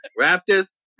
Raptors